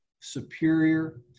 superior